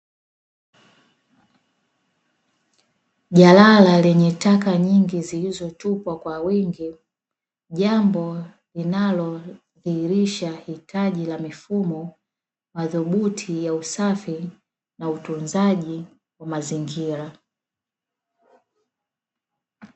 Jalala lenye taka nyingi zilizotupwa kwa wingi, jambo linalodhihirisha hitaji la mifumo madhubuti ya usafi na utunzaji wa mazingira.